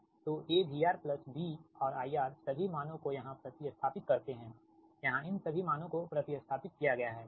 तो AVR B और IR सभी मानों को यहाँ प्रति स्थापित करते हैं यहाँ इन सभी मानों को प्रति स्थापित किया गया हैठीक